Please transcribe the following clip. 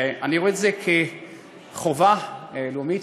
אני רואה את זה כחובה לאומית,